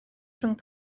rhwng